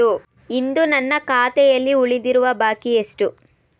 ಇಂದು ನನ್ನ ಖಾತೆಯಲ್ಲಿ ಉಳಿದಿರುವ ಬಾಕಿ ಎಷ್ಟು?